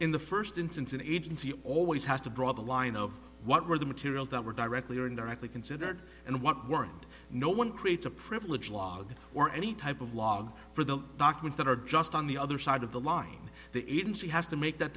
in the first instance an agency always has to draw the line of what were the materials that were directly or indirectly considered and what weren't no one creates a privilege log or any type of log for the documents that are just on the other side of the line the agency has to make that